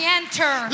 enter